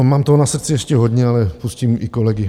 Mám toho na srdci ještě hodně, ale pustím i kolegy.